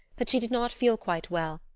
that she did not feel quite well,